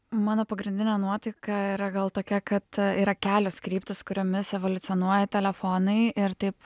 mano pagrindinė nuotaika yra gal tokia kad yra kelios kryptys kuriomis evoliucionuoja telefonai ir taip